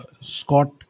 Scott